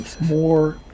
more